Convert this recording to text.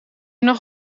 nog